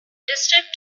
district